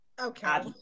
Okay